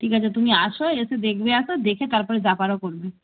ঠিক আছে তুমি আসো এসে দেখবে আসো দেখে তারপরে যা পারো করবে